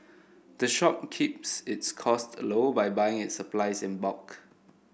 the shop keeps its costs low by buying its supplies in bulk